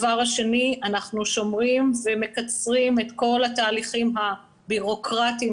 אנחנו שומרים ומקצרים את כל התהליכים הבירוקרטיים,